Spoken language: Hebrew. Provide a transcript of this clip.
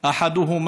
אותו,